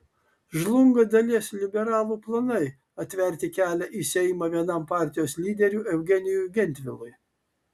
žlunga dalies liberalų planai atverti kelią į seimą vienam partijos lyderių eugenijui gentvilui